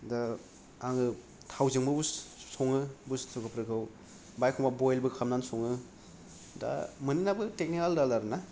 दा आङो थावजोंबो बुस सङो बुसथुबोफोरखौ बा एखनबा बयलबो खालामनानै सङो दा मोननैनाबो टेकनिकआ आलदा आलदा आरोना